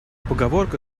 поговорка